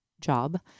job